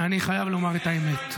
אני חייב לומר את האמת.